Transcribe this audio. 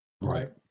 Right